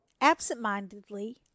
absent-mindedly